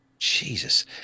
jesus